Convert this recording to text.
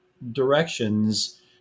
directions